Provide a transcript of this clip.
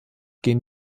gehen